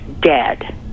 dead